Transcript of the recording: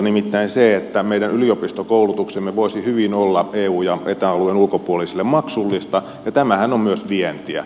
nimittäin meidän yliopistokoulutuksemme voisi hyvin olla eu ja eta alueen ulkopuolisille maksullista ja tämähän on myös vientiä